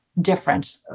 different